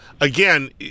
again